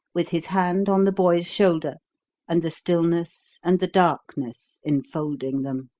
with his hand on the boy's shoulder and the stillness and the darkness enfolding them.